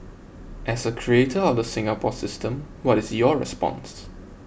as a creator of the Singapore system what is your response